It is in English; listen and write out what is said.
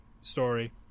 story